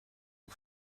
ont